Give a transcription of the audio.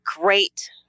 great